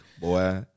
boy